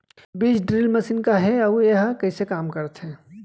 बीज drill machine का हे अऊ एहा कइसे काम करथे?